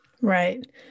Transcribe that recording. Right